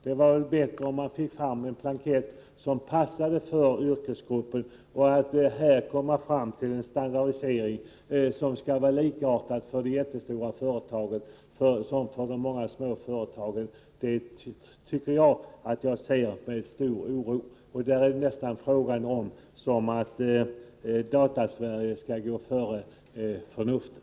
Det vore bättre att ta fram en blankett som passade för yrkesgruppen än att skapa en standardisering som skall vara likartad för de jättestora företagen och de små företagen. Detta ser jag på med stor oro. Det vore nästa fas där Datasverige skall gå före förnuftet.